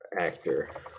actor